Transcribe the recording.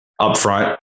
Upfront